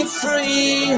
free